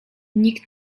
nikt